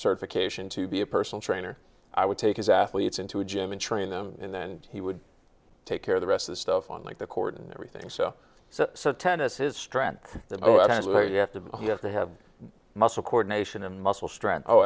certification to be a personal trainer i would take his athletes into a gym and train them and then he would take care of the rest of the stuff on like the court and everything so so so tennis his strength that oh that's where you have to you have to have muscle coordination and muscle str